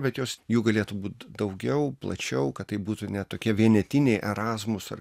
bet jos jų galėtų būt daugiau plačiau kad tai būtų ne tokie vienetiniai erasmus ar